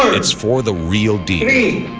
it's for the real deal